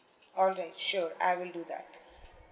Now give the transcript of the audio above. all right sure I will do that